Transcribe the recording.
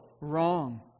wrong